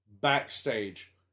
backstage